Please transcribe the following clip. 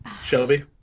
Shelby